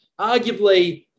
arguably